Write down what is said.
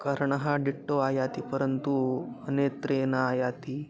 कर्णौ डिट्टो आयाति परन्तु नेत्रे न आयाति